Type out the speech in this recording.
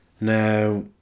Now